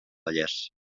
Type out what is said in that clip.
vallès